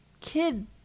kid